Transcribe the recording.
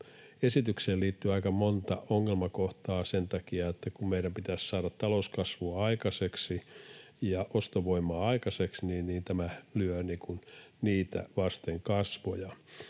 esitykseen liittyy nyt aika monta ongelmakohtaa sen takia, että kun meidän pitäisi saada talouskasvua aikaiseksi ja ostovoimaa aikaiseksi, niin tämä lyö niitä vasten kasvoja.